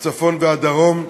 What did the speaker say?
הצפון והדרום,